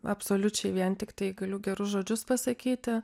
absoliučiai vien tiktai galiu gerus žodžius pasakyti